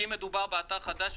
כי מדובר באתר חדש,